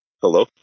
Hello